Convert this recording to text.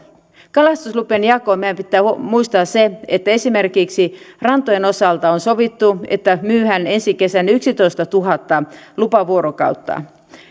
kalastuslupien jaosta meidän pitää muistaa se että esimerkiksi rantojen osalta on sovittu että myydään ensi kesänä yksitoistatuhatta lupavuorokautta